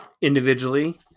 individually